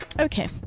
Okay